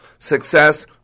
Success